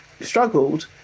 struggled